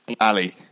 Ali